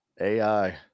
AI